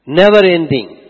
never-ending